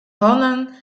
hannen